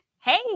hey